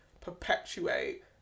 perpetuate